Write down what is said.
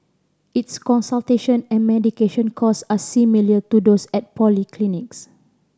its consultation and medication costs are similar to those at polyclinics